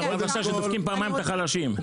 מה שקורה שדופקים פעמיים את החלשים.